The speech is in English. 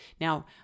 Now